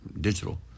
digital